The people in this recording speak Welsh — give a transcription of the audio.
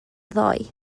ddoe